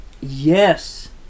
Yes